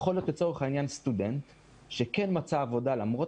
לצורך העניין סטודנט שכן מצא עבודה למרות